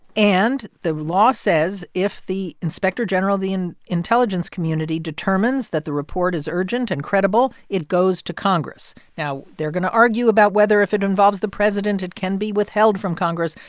and the law says if the inspector general of the and intelligence community determines that the report is urgent and credible, it goes to congress. now, they're going to argue about whether, if it involves the president, it can be withheld from congress.